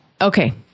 Okay